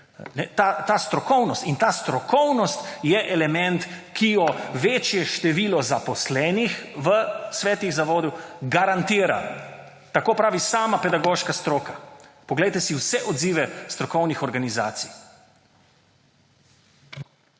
Ta strokovnost. In ta strokovnost je element, ki jo večje število zaposlenih v svetih zavodov garantira. Tako pravi sama pedagoška stroka. Poglejte si vse odzive strokovnih organizacij.